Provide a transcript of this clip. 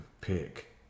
pick